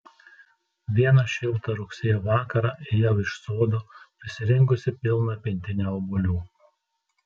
vieną šiltą rugsėjo vakarą ėjau iš sodo prisirinkusi pilną pintinę obuolių